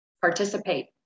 participate